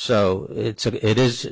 so it's a it is